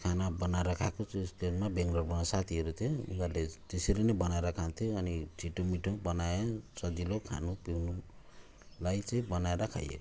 खाना बनाएर खाएको चाहिँ ब्याङ्लोरमा साथीहरू थियो उनीहरूले त्यसरी नै बनाएर खान्थे अनि छिटोमिठो नि बनायो सजिलो खानु पिउनुलाई चाहिँ बनाएर खाइयो